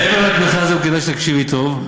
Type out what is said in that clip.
מעבר לתמיכה הזאת, כדאי שתקשיבי טוב,